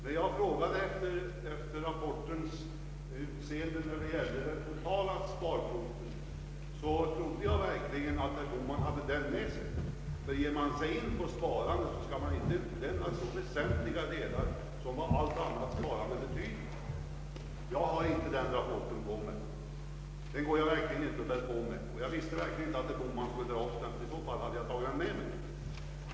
När jag frågade efter vad rapporten säger om den totala sparkvoten, så trodde jag att herr Bohman hade rapporten med sig; ger man sig in på att tala om sparandet kan man ju inte utelämna något så väsentligt som vad allt sparande utöver hushållssparandet betyder. Jag har inte rapporten med mig. Den går jag verkligen inte och bär på mig. Jag visste inte att herr Bohman skulle referera till den. Om jag vetat det så hade jag tagit med den.